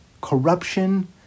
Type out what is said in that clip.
Corruption